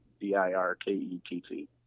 D-I-R-K-E-T-T